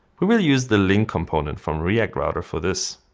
we will use the link component from react router for this.